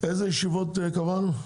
איזה ישיבות קבענו?